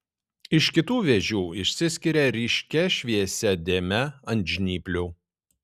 iš kitų vėžių išsiskiria ryškia šviesia dėme ant žnyplių